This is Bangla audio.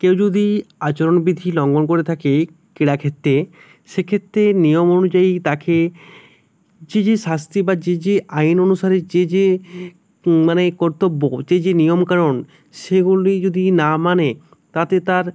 কেউ যদি আচরণবিধি লঙ্ঘন করে থাকে ক্রীড়া ক্ষেত্রে সেক্ষেত্রে নিয়ম অনুযায়ী তাকে যে যে শাস্তি বা যে যে আইন অনুসারে যে যে মানে কর্তব্য যে যে নিয়মকানুন সেগুলি যদি না মানে তাতে তার